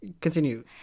continue